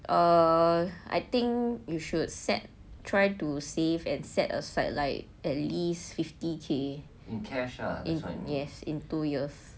uh I think you should set try to save and set aside like at least fifty K